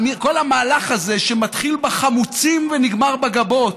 כל המהלך הזה שמתחיל בחמוצים ונגמר בגבות,